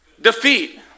defeat